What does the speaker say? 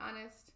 honest